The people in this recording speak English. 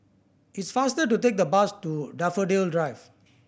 it's faster to take the bus to Daffodil Drive